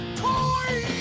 toy